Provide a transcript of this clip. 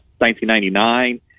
1999